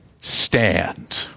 stand